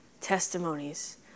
Testimonies